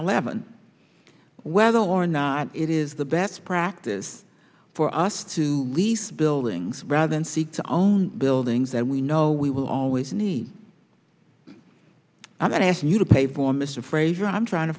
eleven whether or not it is the best practice for us to lease buildings rather than seek to own buildings that we know we will always need i'm not asking you to pay for mr fraser i'm trying to